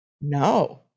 no